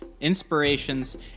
inspirations